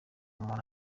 umuntu